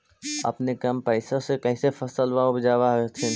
अपने कम पैसा से कैसे फसलबा उपजाब हखिन?